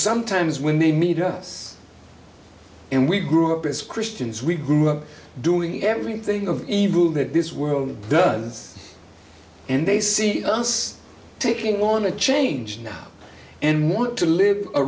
sometimes when they meet us and we grew up as christians we grew up doing everything of evil that this world does and they see us taking on a change now and want to live